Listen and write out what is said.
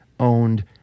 owned